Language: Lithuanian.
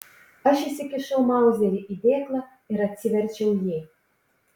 aš įsikišau mauzerį į dėklą ir atsiverčiau jį